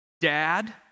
Dad